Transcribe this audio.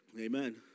Amen